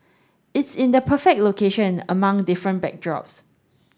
it's in the perfect location among different backdrops